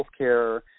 healthcare